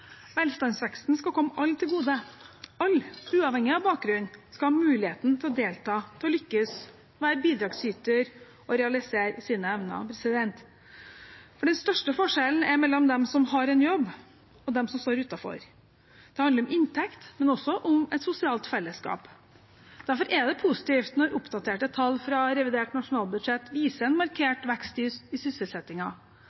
Velstandsveksten skal komme alle til gode. Alle, uavhengig av bakgrunn, skal ha muligheten til å delta, til å lykkes, være bidragsyter og realisere sine evner. Den største forskjellen er mellom dem som har en jobb, og dem som står utenfor. Det handler om inntekt, men også om et sosialt fellesskap. Derfor er det positivt når oppdaterte tall fra revidert nasjonalbudsjett viser en